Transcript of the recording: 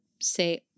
say